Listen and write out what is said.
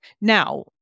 Now